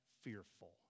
fearful